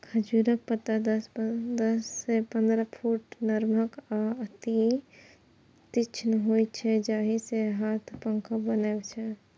खजूरक पत्ता दस सं पंद्रह फुट नमहर आ अति तीक्ष्ण होइ छै, जाहि सं हाथ पंखा बनै छै